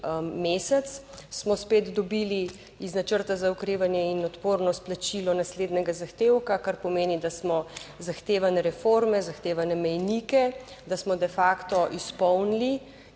mesec smo spet dobili iz načrta za okrevanje in odpornost plačilo naslednjega zahtevka, kar pomeni, da smo zahtevane reforme, zahtevane mejnike, da smo de facto izpolnili